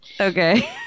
Okay